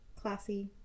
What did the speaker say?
classy